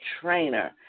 trainer